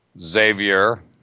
Xavier